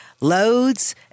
loads